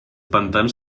pantans